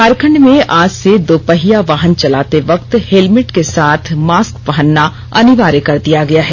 झारखंड में आज से दोपहिया वाहन चलाते वक्त हेलमेट के साथ मास्क पहनना अनिवार्य कर दिया गया है